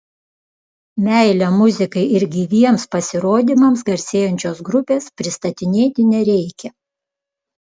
meile muzikai ir gyviems pasirodymams garsėjančios grupės pristatinėti nereikia